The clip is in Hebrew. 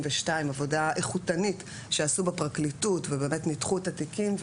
עבודה איכותנית שעשו בפרקליטות ובאמת ניתחו את התיקים,